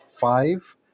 five